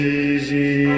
easy